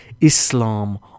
Islam